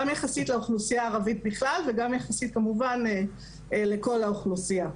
גם יחסית לאוכלוסייה הערבית בכלל וגם יחסית כמובן לכל האוכלוסייה.